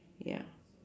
ya